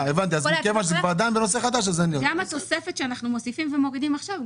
גם התוספת שאנחנו מוסיפים ומורידים עכשיו,